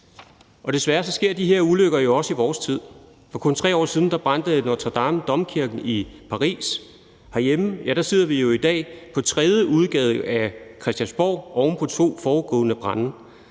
Desværre sker de her ulykker jo også i vores tid. For kun 3 år siden brændte Notre-Dame, domkirken i Paris. Herhjemme sidder vi jo i dag med den tredje udgave af Christiansborg oven på to foregående brande.